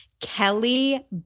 Kelly